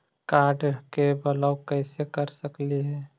Card के block कैसे कर सकली हे?